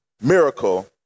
miracle